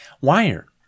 Wire